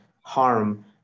harm